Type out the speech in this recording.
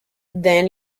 then